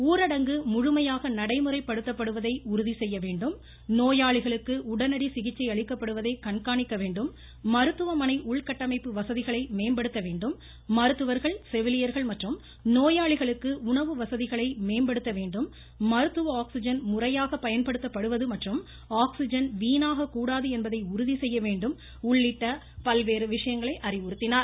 ஊரடங்கு முழுமையாக நடைமுறைப்படுத்தப்படுவதை உறுதி செய்ய வேண்டும் நோயாளிகளுக்கு உடனடி சிகிச்சை அளிக்கப்படுவதை கண்காணிக்க வேண்டும் மருத்துவமனை உள்கட்டமைப்பு வசதிகளை மேம்படுத்த வேண்டும் செவிலியர்கள் மற்றும் நோயாளிகளுக்கு உணவு வசதிகளை மருத்துவர்கள் மேம்படுத்த வேண்டும் மருத்துவ ஆக்சிஜன் முறையாக பயன்படுத்தப்படுவது மற்றும ஆக்சிஜன் வீணாக கூடாது என்பதை உறுதி செய்ய வேண்டும் என அறிவுறுத்தினார்